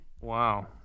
Wow